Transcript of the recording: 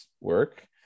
work